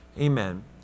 Amen